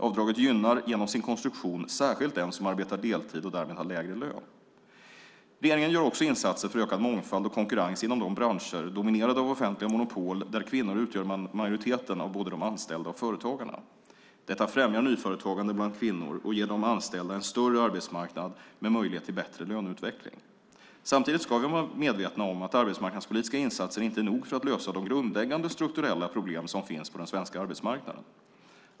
Avdraget gynnar genom sin konstruktion särskilt den som arbetar deltid och därmed har lägre lön. Regeringen gör också insatser för ökad mångfald och konkurrens inom de branscher, dominerade av offentliga monopol, där kvinnor utgör majoriteten av både de anställda och företagarna. Detta främjar nyföretagande bland kvinnor och ger de anställda en större arbetsmarknad med möjlighet till bättre löneutveckling. Samtidigt ska vi vara medvetna om att arbetsmarknadspolitiska insatser inte är nog för att lösa de grundläggande strukturella problem som finns på den svenska arbetsmarknaden.